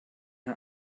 her